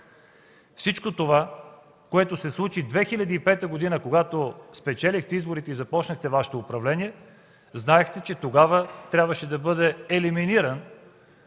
Всичко това се случи през 2005 г., когато спечелихте изборите и започнахте Вашето управление. Знаехте, че тогава трябваше да бъде елиминиран